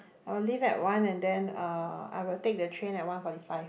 I will leave at one and then uh I will take the train at one forty five